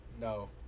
No